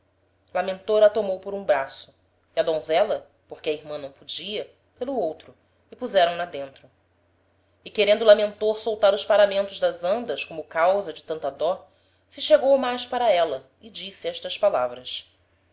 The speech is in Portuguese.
a tomou por um braço e a donzela porque a irman não podia pelo outro e puseram na dentro e querendo lamentor soltar os paramentos das andas como causa de tanto dó se chegou mais para éla e disse estas palavras